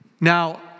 Now